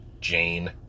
Jane